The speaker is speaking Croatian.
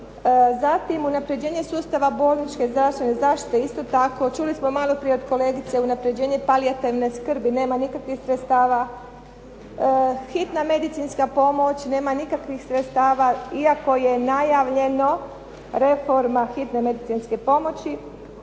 Zatim, unapređenje sustava bolničke zdravstvene zaštite isto tako. Čuli smo malo prije od kolegice unapređenje palijativne skrbi nema nikakvih sredstava. Hitna medicinska pomoć nema nikakvih sredstava iako je najavljeno reforma hitne medicinske pomoći.